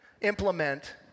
implement